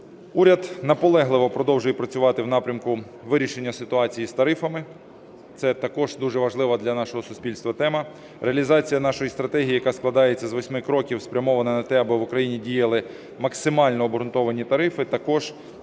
Уряд наполегливо продовжує працювати в напрямку вирішення ситуації з тарифами, це також дуже важлива для нашого суспільства тема. Реалізація нашої стратегії, яка складається з восьми кроків, спрямована на те, аби в Україні діяли максимально обґрунтовані тарифи, також